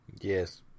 Yes